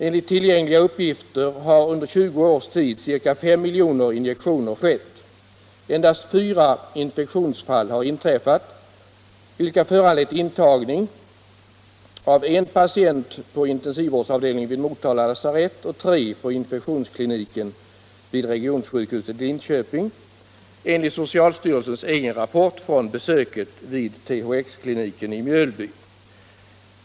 Enligt tillgängliga uppgifter har under 20 års tid ca fem miljoner injektioner skett. Det har inträffat endast fyra infektionsfall, vilka föranlett intagning av en patient på intensivvårds avdelningen vid Motala lasarett och tre på infektionskliniken vid regionsjukhuset i Linköping — detta enligt socialstyrelsens egen rapport från besöket vid THX-kliniken i Mjölby.